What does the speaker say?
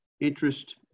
interest